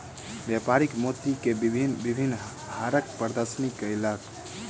व्यापारी मोती के भिन्न भिन्न हारक प्रदर्शनी कयलक